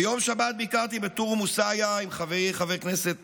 ביום שבת ביקרתי בתורמוס עיא עם חברי חבר הכנסת